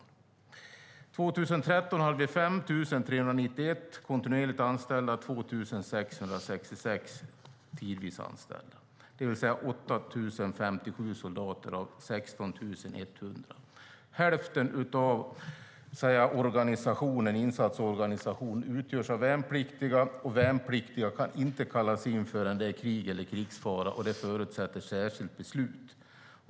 År 2013 hade vi 5 391 kontinuerligt anställda och 2 666 tidvis anställda, det vill säga 8 057 soldater av 16 100. Hälften av insatsorganisationen utgörs av värnpliktiga. Värnpliktiga kan inte kallas in förrän vid krig eller krigsfara, och det förutsätter särskilt beslut.